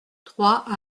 trois